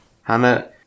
Hannah